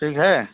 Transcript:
ٹھیک ہے